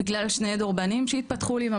בגלל שני דורבנים שהתפתחו לי.